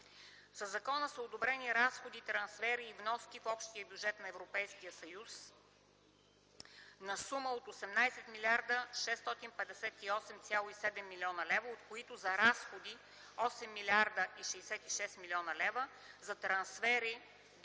Със закона са одобрени разходи, трансфери и вноски в общия бюджет на Европейския съюз на сума от 18 млрд. 658,7 млн. лв., от които за разходи – 8 млрд. 66 млн. лв., за трансфери 9 млрд.